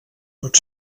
pot